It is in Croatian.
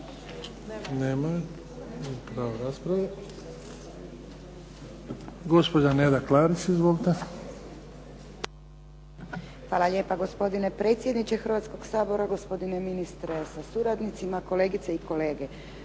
Neda Klarić. Izvolite. **Klarić, Nedjeljka (HDZ)** Hvala lijepo. Gospodine predsjedniče Hrvatskog sabora, gospodine ministre sa suradnicima, kolegice i kolege.